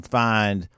find